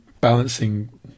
balancing